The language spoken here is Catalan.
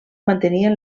mantenien